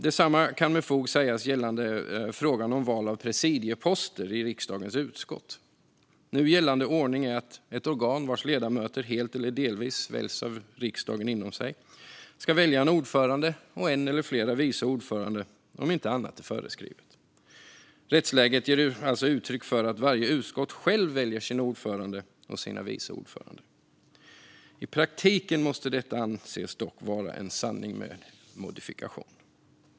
Detsamma kan med fog sägas gälla frågan om val av presidieposter i riksdagens utskott. Nu gällande ordning är att ett organ vars ledamöter helt eller delvis väljs av riksdagen inom sig ska välja en ordförande och en eller flera vice ordförande om inte annat är föreskrivet. Rättsläget ger alltså uttryck för att varje utskott självt väljer sin ordförande och sina vice ordförande. I praktiken måste detta dock anses vara en sanning med modifikation.